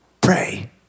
pray